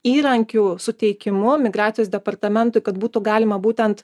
įrankių suteikimu migracijos departamentui kad būtų galima būtent